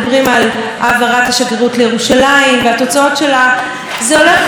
זה הולך כל כך להתגמד לעומת האסונות הבין-לאומיים שהעולם הולך לחוות,